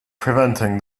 preventing